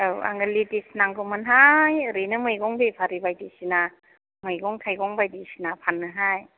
औ आंनो लेडिस नांगौमोनहाय ओरैनो मैगं बेफारि बायदिसिना मैगं थाइगं बायदिसिना फाननोहाय